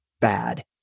bad